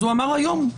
אז הוא אמר היום.